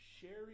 sharing